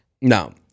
No